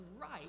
right